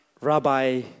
Rabbi